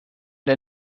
der